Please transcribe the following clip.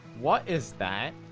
what is that?